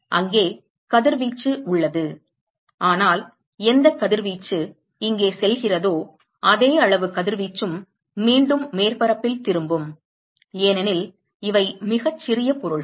அங்கே கதிர்வீச்சு உள்ளது ஆனால் எந்தக் கதிர்வீச்சு இங்கே செல்கிறதோ அதே அளவு கதிர்வீச்சும் மீண்டும் மேற்பரப்பில் திரும்பும் ஏனெனில் இவை மிகச் சிறிய பொருள்கள்